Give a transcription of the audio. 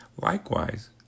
Likewise